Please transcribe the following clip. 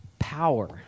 power